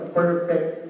perfect